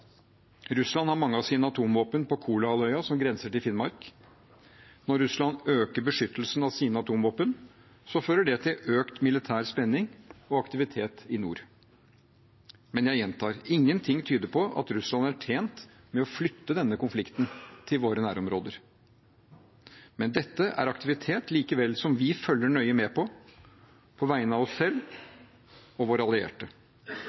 Russland har mange av sine atomvåpen på Kolahalvøya, som grenser til Finnmark. Når Russland øker beskyttelsen av sine atomvåpen, fører det til økt militær spenning og aktivitet i nord. Men jeg gjentar: Ingenting tyder på at Russland er tjent med å flytte denne konflikten til våre områder, men dette er likevel aktivitet vi følger nøye med på, på vegne av oss selv og våre allierte,